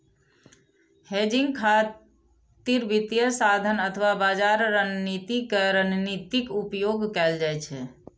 hedging खातिर वित्तीय साधन अथवा बाजार रणनीति के रणनीतिक उपयोग कैल जाइ छै